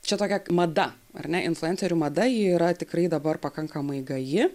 čia tokia mada ar ne influencerių mada ji yra tikrai dabar pakankamai gaji